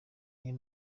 niyo